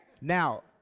Now